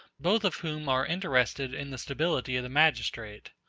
both of whom are interested in the stability of the magistrate.